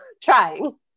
trying